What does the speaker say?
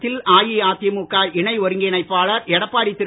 தமிழகத்தில் அஇஅதிமுக இணை ஒருங்கிணைப்பாளர் எடப்பாடி திரு